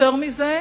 יותר מזה,